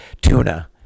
tuna